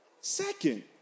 Second